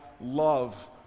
love